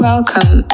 Welcome